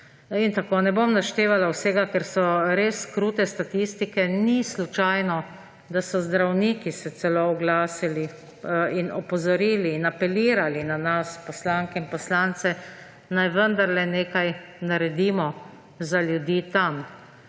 74. Ne bom naštevala vsega, ker so res krute statistike. Ni slučajno, da so se oglasili celo zdravniki in opozorili ter apelirali na nas, poslanke in poslance, naj vendarle nekaj naredimo za ljudi tam.